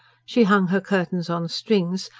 she hung her curtains on strings,